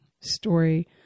story